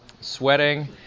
Sweating